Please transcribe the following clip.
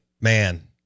Man